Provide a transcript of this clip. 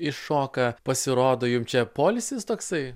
iššoka pasirodo jum čia poilsis toksai